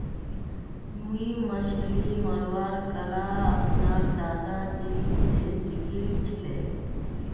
मुई मछली मरवार कला अपनार दादाजी स सीखिल छिले